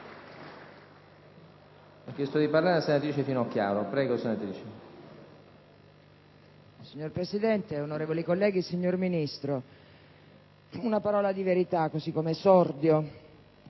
Signor Presidente, onorevoli colleghi, signor Ministro, una parola di verità come esordio: